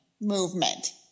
movement